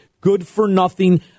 good-for-nothing